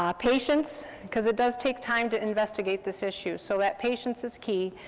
ah patience, because it does take time to investigate this issue, so that patience is key.